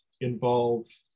involved